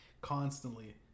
constantly